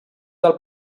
del